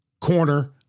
corner